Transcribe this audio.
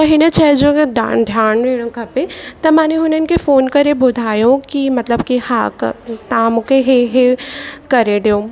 त हिन शइ जो अगरि डा ध्यान ॾियणो खपे त मां ने हुननि खे फोन करे ॿुधायो की मतिलब कि हा क तव्हां मूंखे इहो इहो करे ॾियो